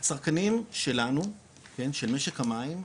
הצרכנים שלנו של משק המים,